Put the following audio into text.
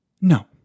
No